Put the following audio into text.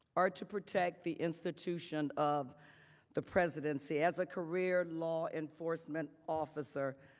or to protect the institution of the presidency as a career law enforcement officer,